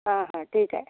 हां हां ठीक आहे